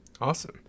awesome